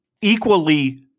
equally –